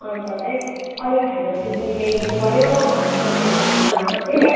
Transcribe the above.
अन्त चाहिँ अलिक ठुलो टिभी ल्याइ दिनुपर्यो भनेर भ भनेको थिएँ